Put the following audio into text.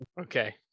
Okay